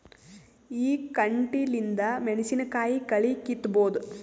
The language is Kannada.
ಈ ಕಂಟಿಲಿಂದ ಮೆಣಸಿನಕಾಯಿ ಕಳಿ ಕಿತ್ತಬೋದ?